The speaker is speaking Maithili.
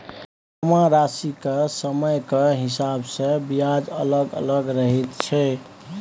जमाराशिक समयक हिसाब सँ ब्याज अलग अलग रहैत छै